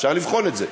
אפשר לבחון את זה,